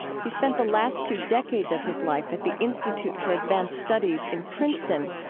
he spent the last two decades of his life at the institute for advanced studies in princeton.